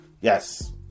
Yes